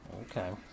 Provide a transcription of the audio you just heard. Okay